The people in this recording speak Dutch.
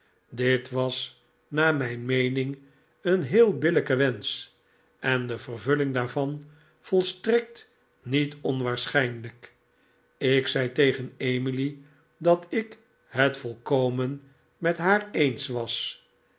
dit was naar mijn meening een heel billijke wensch en de vervulling daarvan volstrekt niet onwaarschijnlijk ik zei tegen emily dat ik het volkomen met haar eens was